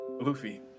Luffy